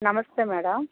నమస్తే మేడమ్